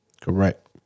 correct